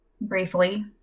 briefly